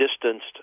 distanced